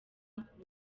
kuba